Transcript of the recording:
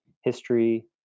history